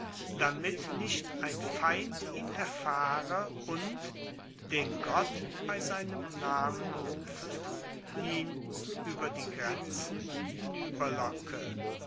damit nicht ein feind ihn erfahre und den gott bei seinem namen rufend ihn ueber die grenzen